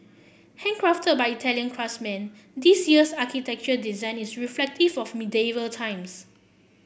handcrafted by Italian craftsmen this year's architecture design is reflective of medieval times